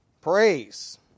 Praise